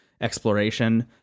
exploration